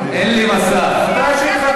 אין מסך,